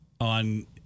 on